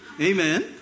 Amen